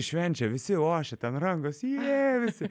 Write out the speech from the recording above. švenčia visi ošia ten rangosi jė visi